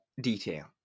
detail